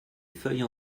feuilles